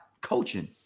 coaching